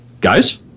guys